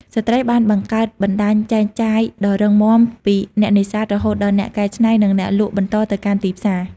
ស្ត្រីបានបង្កើតបណ្តាញចែកចាយដ៏រឹងមាំពីអ្នកនេសាទ រហូតដល់អ្នកកែច្នៃ និងអ្នកលក់បន្តទៅកាន់ទីផ្សារ។